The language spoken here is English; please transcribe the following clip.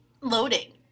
loading